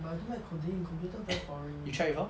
but I don't like coding computer very boring